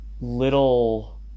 little